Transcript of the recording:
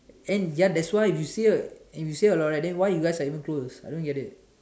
and ya that's why you say right and you say a lot right then why are you guys even close I don't get it